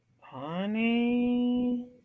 honey